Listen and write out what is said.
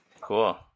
Cool